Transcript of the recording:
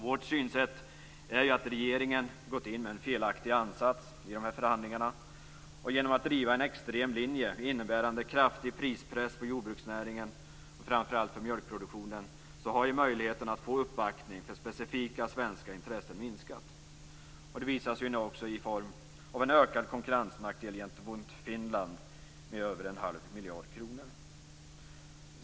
Vårt synsätt är ju att regeringen gått in med en felaktig ansats i de här förhandlingarna, och genom att man drivit en extrem linje innebärande kraftig prispress på jordbruksnäringen, framför allt för mjölkproduktionen, har möjligheterna att få uppbackning för specifika svenska intressen minskat. Det visar sig ju nu också i form av en ökad konkurrensnackdel gentemot Finland med över en halv miljard kronor.